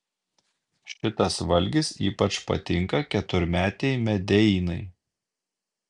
šitas valgis ypač patinka keturmetei medeinai